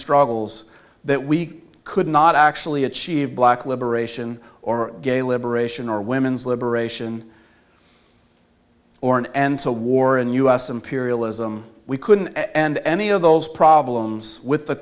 struggles that we could not actually achieve black liberation or gay liberation or women's liberation or an end to war and us imperialism we couldn't end any of those problems with the